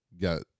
got